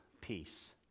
peace